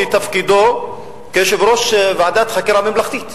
בתפקידו כיושב-ראש ועדת חקירה ממלכתית.